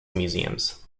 museums